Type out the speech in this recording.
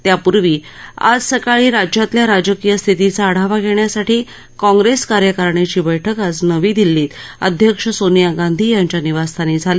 त्यापूर्वी आज सकाळी राज्यातल्या राजकीय स्थितीचा आढावा घेण्यासाठी काँग्रेस कार्यकारिणीची बैठक आज नवी दिल्लीत अध्यक्ष सोनिया गांधी यांच्या निवासस्थानी झाली